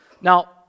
Now